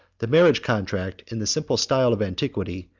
the marriage contract, in the simple style of antiquity,